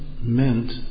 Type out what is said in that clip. meant